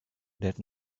that